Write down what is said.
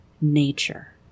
nature